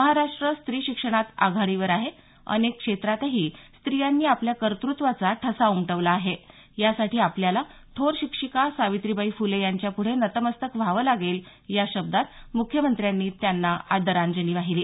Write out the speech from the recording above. महाराष्ट्र स्री शिक्षणात आघाडीवर आहे अनेक क्षेत्रातही स्त्रियांनी आपल्या कर्तृत्वाचा ठसा उमटवला आहे यासाठी आपल्याला थोर शिक्षिका सावित्रीबाई फुले यांच्याप्ढे नतमस्तक व्हावं लागेल या शब्दांत मुख्यमंत्र्यांनी त्यांना आदरांजली वाहिली